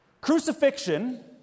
crucifixion